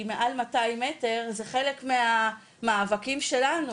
מעל ל-200 מטר זה חלק מהמאבקים שלנו,